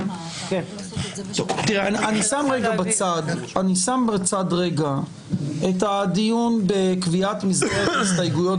אני שם בצד רגע את הדיון בקביעת מסגרת הסתייגויות